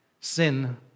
Sin